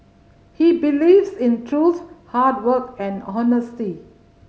he believes in truth hard work and honesty